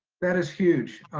that is huge.